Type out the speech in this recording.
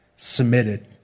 Submitted